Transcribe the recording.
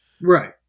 Right